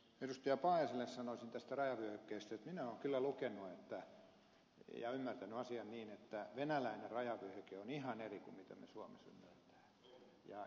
paajaselle sanoisin tästä rajavyöhykkeestä että minä olen kyllä lukenut ja ymmärtänyt asian niin että venäläinen rajavyöhyke on ihan eri kuin miten me suomessa sen ymmärrämme